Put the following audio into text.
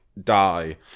die